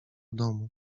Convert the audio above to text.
domu